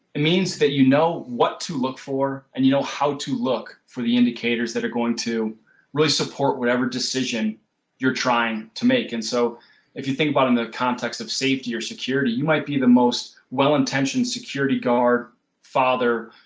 it means that you know what to look for and you know how to look for the indicators that are going to really support whatever decision you are trying to make and so if you think about it in the context of safety or security you might be the most well-intention security guard father,